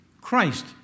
Christ